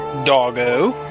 doggo